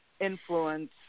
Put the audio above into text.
influence